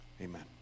Amen